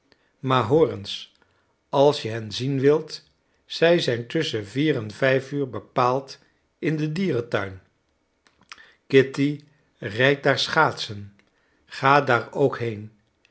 maar hoor eens als je hen zien wilt zij zijn tusschen vier en vijf uur bepaald in den dierentuin kitty rijdt daar schaatsen ga daar ook heen